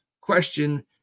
question